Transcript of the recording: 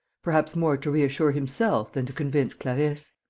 perhaps more to reassure himself than to convince clarisse.